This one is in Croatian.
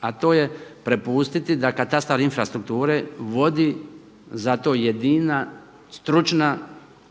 A to je prepustiti da katastar infrastrukture vodi za to jedina, stručna,